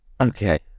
Okay